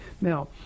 Now